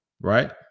right